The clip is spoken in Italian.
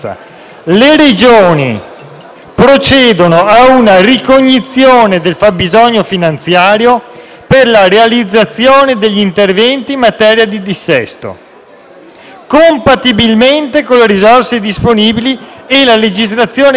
procedono a una ricognizione del fabbisogno finanziario per la realizzazione degli interventi in materia di dissesto, compatibilmente con le risorse disponibili nei propri bilanci